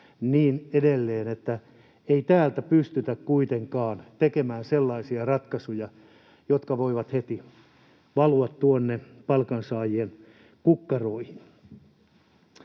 niin edelleen. Ei täältä pystytä kuitenkaan tekemään sellaisia ratkaisuja, jotka voivat heti valua tuonne palkansaajien kukkaroihin.